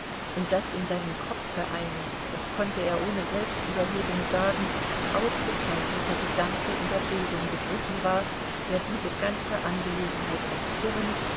und daß in seinem kopfe ein das konnte er ohne selbstüberhebung sagen ausgezeichneter gedanke in der bildung begriffen war der diese ganze angelegenheit entwirren